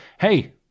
hey